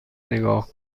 نگاه